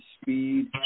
speed